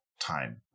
time